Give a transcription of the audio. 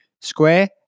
square